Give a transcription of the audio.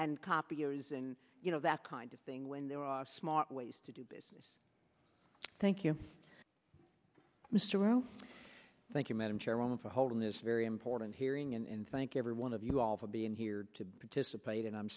and copiers and you know that kind of thing when there are smart ways to do business thank you mr wells thank you madam chairman for holding this very important hearing and thank everyone of you all for being here to participate and i'm